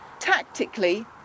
Tactically